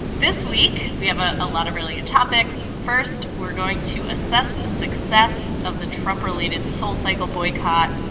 this week we have a ah lot of really hot topics. first we're going to assess the success of the trump related soul cycle boycott.